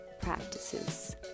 practices